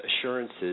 assurances